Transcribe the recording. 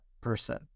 person